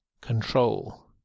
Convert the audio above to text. control